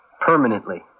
permanently